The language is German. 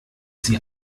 sie